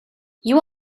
you